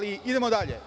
Idemo dalje.